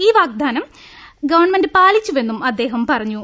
ഈ വാഗ്ദാനം ഗവൺമെന്റ് പാലിച്ചുവെന്നും അദ്ദേഹം പറഞ്ഞു